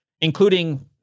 including